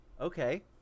Okay